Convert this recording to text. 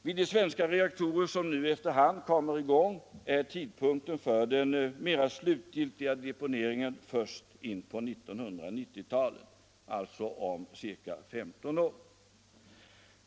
Vid de svenska reaktorer som nu efter hand kommer i gång infaller tidpunkten för den mer slutgiltiga deponeringen först på 1990-talet, alltså om ca 15 år.